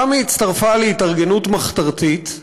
שם היא הצטרפה להתארגנות מחתרתית,